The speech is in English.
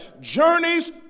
Journeys